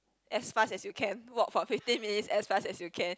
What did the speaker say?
as fast as you can walk for fifteen minutes as fast as you can